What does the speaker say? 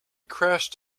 crashed